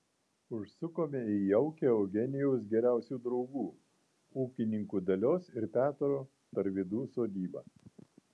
užsukome į jaukią eugenijaus geriausių draugų ūkininkų dalios ir petro tarvydų sodybą